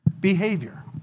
behavior